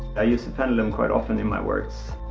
i use a pendulum quite often in my works.